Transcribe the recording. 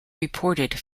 reported